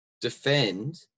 defend